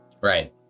Right